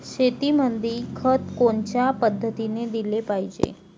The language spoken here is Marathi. शेतीमंदी खत कोनच्या पद्धतीने देलं पाहिजे?